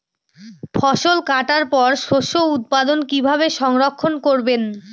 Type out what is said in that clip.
ফসল কাটার পর শস্য উৎপাদন কিভাবে সংরক্ষণ করবেন?